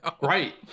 right